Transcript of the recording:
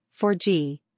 4G